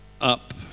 up